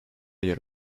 yer